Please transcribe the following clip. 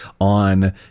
on